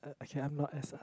okay I am not as